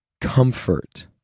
Comfort